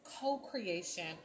Co-creation